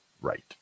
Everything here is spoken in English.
right